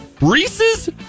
Reese's